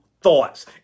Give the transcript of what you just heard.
thoughts